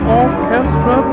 orchestra